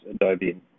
Adobe